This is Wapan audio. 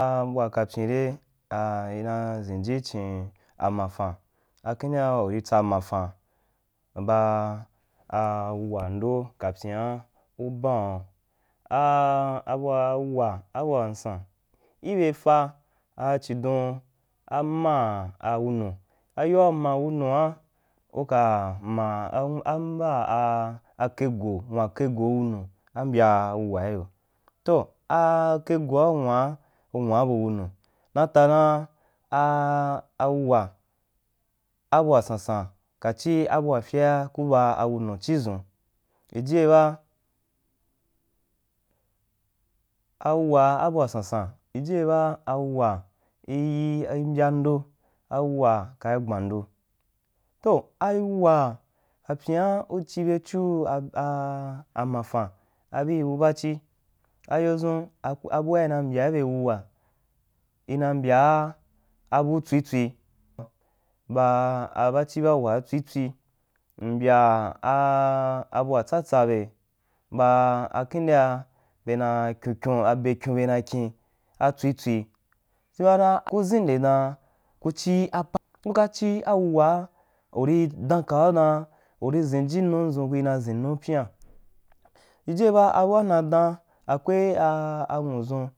Abu wa kapyin dei ina ʒinji ichin ambafan a kindea uri tsaambafen ba awuwaandou kapyian u baun a a abua wuwa abua nsan i be fa a chidon a ma a wunu ayoa u ma wunu a kuka ma a ma ambaake go nwu kegou wunu, a mbya wuwa i yo toh a a kegoa ku nwaa kunwa bu wunu natadan a wuwa a buasansan, ka chi bua fyea ku ba wunu chidʒun jije ba a wuwa abua sunsan jijiba awuwaiyi imbya ndo awuwa kai gban do toh auwa kapyian u chibechu a mafan abiu bu bachi ayodʒun abua ina mbya ibe wuwa inambya abu tswi twsi baa abachi bu uwa atswi tswi mbya a abua tsata be baakindea be na kyin kyun abe kyun be na kyīn a tswi tswi, chimaa ku ʒinde dan ku chi a pa kuka chi a wuwaa uri dan kau dan uri ʒhinji ndʒun kui na ʒin nu pyian di jie ba bua mna daan akwe anwa dʒun.